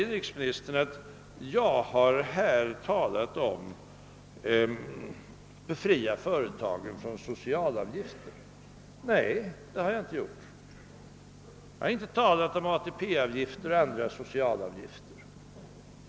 Inrikesministern säger att jag här talat om att befria företagen från socialavgifter. Nej, det har jag inte gjort. Jag har inte talat om ATP-avgifter och andra socialavgifter.